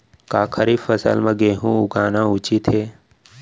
का खरीफ फसल म गेहूँ लगाना उचित है?